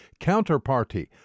Counterparty